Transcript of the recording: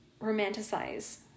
romanticize